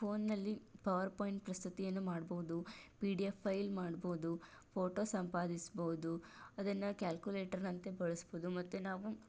ಫೋನ್ನಲ್ಲಿ power point ಪ್ರಸ್ತುತಿಯನ್ನು ಮಾಡ್ಬೋದು ಪಿ ಡಿ ಎಫ್ ಫೈಲ್ ಮಾಡ್ಬೋದು ಫೋಟೋ ಸಂಪಾದಿಸ್ಬೋದು ಅದನ್ನು ಕ್ಯಾಲ್ಕುಲೇಟರ್ನಂತೆ ಬಳಸ್ಬೋದು ಮತ್ತೆ ನಾವು